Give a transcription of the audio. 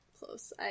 close